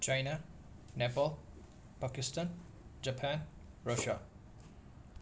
China Nepal Pakistan Japan Russia